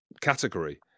category